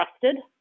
trusted